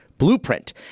blueprint